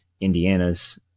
Indiana's